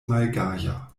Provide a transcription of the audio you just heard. malgaja